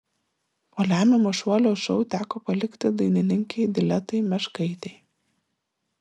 po lemiamo šuolio šou teko palikti dainininkei diletai meškaitei